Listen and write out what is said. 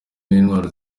w’intwari